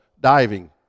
diving